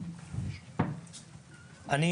אני